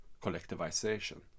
collectivization